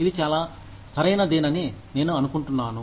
ఇది చాలా సరైనదేనని నేను అనుకుంటున్నాను